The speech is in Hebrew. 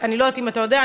אני לא יודעת אם אתה יודע,